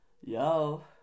Yo